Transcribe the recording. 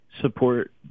support